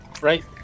right